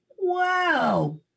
wow